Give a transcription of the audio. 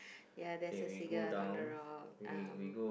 ya there's a seagull on the rock um